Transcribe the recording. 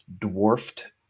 dwarfed